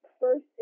first